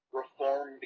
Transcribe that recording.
reform